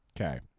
Okay